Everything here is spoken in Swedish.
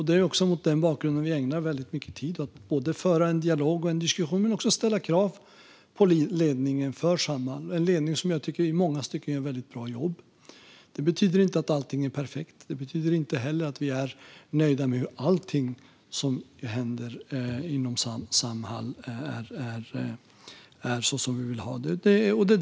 Det är också mot den bakgrunden vi ägnar väldigt mycket tid åt att föra en dialog och en diskussion och att ställa krav på ledningen för Samhall, en ledning som jag i många stycken tycker gör ett väldigt bra jobb. Det betyder inte att allting är perfekt. Det betyder inte heller att vi är nöjda och att allting som händer inom Samhall är som vi vill ha det.